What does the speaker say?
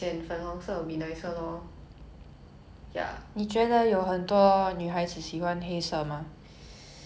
hmm I don't think it's a strictly 女色女生男生 kind of colour so ya